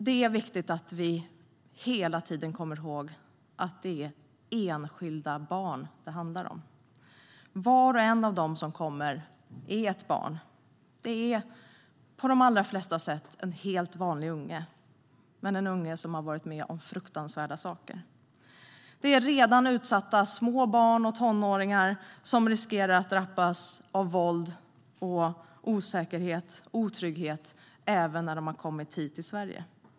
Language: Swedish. Det är viktigt att vi hela tiden kommer ihåg att det handlar om enskilda barn. Var och en av dem som kommer är ett barn, på de allra flesta sätt en helt vanlig unge - men en unge som har varit med om fruktansvärda saker. Det är fråga om redan utsatta små barn och tonåringar som riskerar att drabbas av våld, osäkerhet och otrygghet även när de har kommit hit till Sverige.